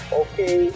okay